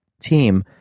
team